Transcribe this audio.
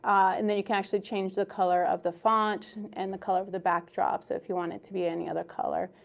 and then you can actually change the color of the font, and the color of the backdrop. so if you want it to be any other color,